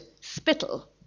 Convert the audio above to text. spittle